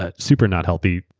ah super not healthy.